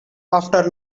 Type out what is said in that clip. after